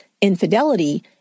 infidelity